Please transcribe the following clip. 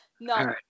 no